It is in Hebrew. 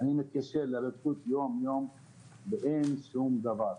אני מתקשר לפרקליטות יום-יום ואין שום דבר.